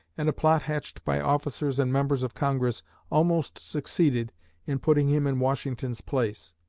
and a plot hatched by officers and members of congress almost succeeded in putting him in washington's place.